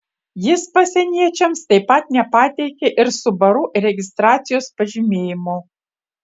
jis pasieniečiams taip pat nepateikė ir subaru registracijos pažymėjimo